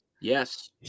Yes